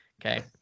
Okay